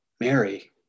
Mary